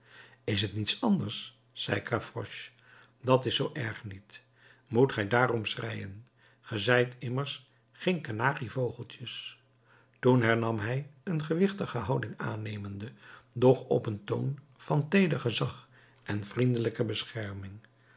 is t niets anders zei gavroche dat is zoo erg niet moet gij daarom schreien ge zijt immers geen kanarievogeltjes toen hernam hij een gewichtige houding aannemende doch op een toon van teeder gezag en vriendelijke bescherming